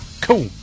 Cool